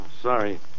Sorry